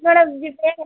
नुआढ़े बिस्तरै हेठे